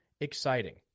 exciting